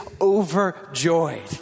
overjoyed